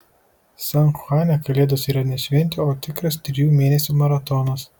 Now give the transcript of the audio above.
san chuane kalėdos yra ne šventė o tikras trijų mėnesių maratonas